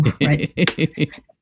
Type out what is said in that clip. right